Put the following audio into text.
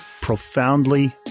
profoundly